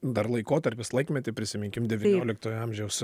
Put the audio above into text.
dar laikotarpis laikmetį prisiminkim devynioliktojo amžiaus